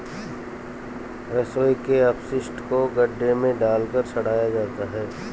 रसोई के अपशिष्ट को गड्ढे में डालकर सड़ाया जाता है